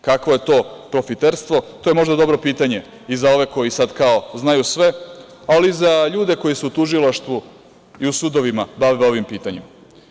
Kakvo je to profiterstvo, to je možda dobro pitanje i za ove koji sad kao znaju sve, ali i za ljude koji su u tužilaštvu i sudovima bave ovim pitanjem.